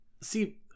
see